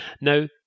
Now